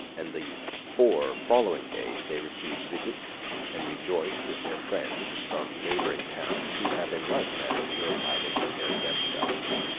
and the four following days they receive visits and rejoice with their friends from neighboring towns who have in like manner purified and prepared themselves.